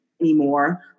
anymore